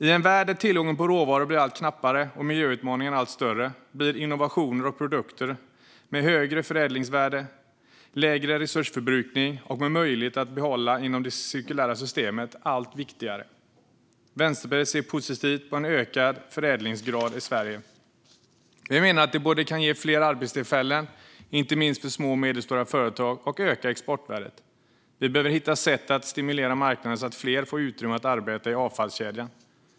I en värld där tillgången på råvaror blir allt knappare och miljöutmaningarna allt större blir innovationer och produkter med högre förädlingsvärde, lägre resursförbrukning och med möjlighet att behålla dem inom det cirkulära systemet allt viktigare. Vänsterpartiet ser positivt på en ökad förädlingsgrad i Sverige. Vi menar att det både kan ge fler arbetstillfällen, inte minst för små och medelstora företag, och öka exportvärdet. Vi behöver hitta sätt att stimulera marknaden så att fler får utrymme att arbeta i avfallskedjan.